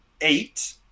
eight